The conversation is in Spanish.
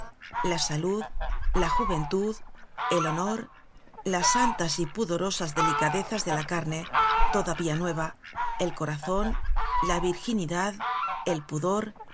la salud la juventud el honor las santas y pudorosas delicade zas de la carne todavía nueva el corazon la virginidad el pudor